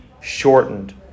shortened